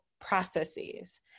processes